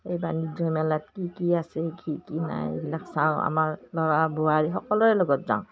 এই বাণিজ্য মেলাত কি কি আছে কি কি নাই এইবিলাক চাওঁ আমাৰ ল'ৰা বোৱাৰী সকলোৰে লগত যাওঁ